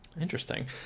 Interesting